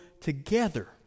together